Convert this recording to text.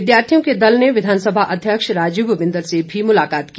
विद्यार्थियों के दल ने विधानसभा अध्यक्ष राजीव बिंदल से भी मुलाकात की